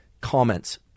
comments